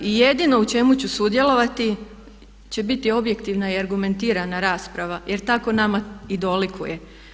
I jedino u čemu ću sudjelovati će biti objektivna i argumentirana rasprava jer tako nama i dolikuje.